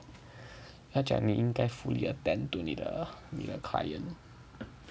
他讲你应该 fully attend to need 你的你的 client